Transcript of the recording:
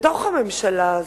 בתוך הממשלה הזאת.